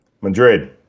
Madrid